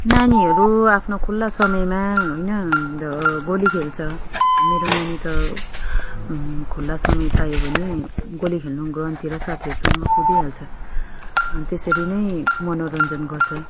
नानीहरू आफ्नो खुला समयमा होइन द गोली खेल्छ मेरो नानी त खुला समय पायो भने गोली खेल्नु ग्राउन्डतिर साथीहरूसँग कुदिहाल्छ अनि त्यसरी नै मनोरञ्जन गर्छ